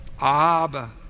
Abba